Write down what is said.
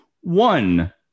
one